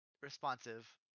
responsive